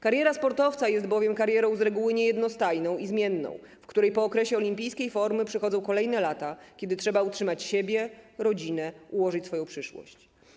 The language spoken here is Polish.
Kariera sportowca jest bowiem karierą z reguły niejednostajną i zmienną, w której po okresie olimpijskiej formy przychodzą kolejne lata, kiedy trzeba utrzymać siebie, rodzinę, ułożyć swoją przyszłość.